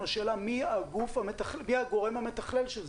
השאלה מי הגורם המתכלל של זה.